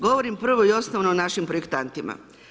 Govorim prvo i osnovno o našim projektanti.